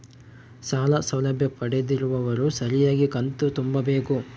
ಸಾಲ ಸೌಲಭ್ಯ ಪಡೆದಿರುವವರು ಸರಿಯಾಗಿ ಕಂತು ತುಂಬಬೇಕು?